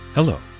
Hello